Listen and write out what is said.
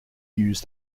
use